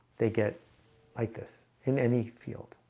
they get like this in any field